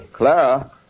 Clara